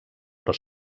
però